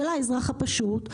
של האזרח פשוט,